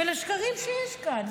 ולשקרים שיש כאן?